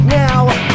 now